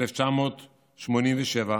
1987,